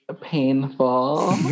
painful